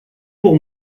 pour